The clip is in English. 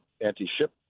anti-ship